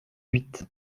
huit